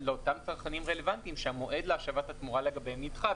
לאותם צרכנים רלוונטיים שהמועד להשבת התמורה לגביהם נדחה,